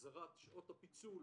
החזרת שעות הפיצול